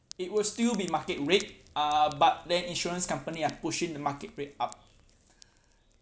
it will still be market rate uh but then insurance company are pushing the market rate up